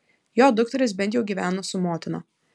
jo dukterys bent jau gyveno su motina